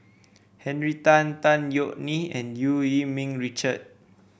Henry Tan Tan Yeok Nee and Eu Yee Ming Richard